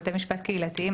בתי משפט קהילתיים,